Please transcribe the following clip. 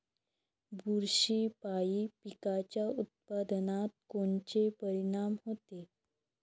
बुरशीपायी पिकाच्या उत्पादनात कोनचे परीनाम होते?